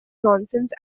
nonsense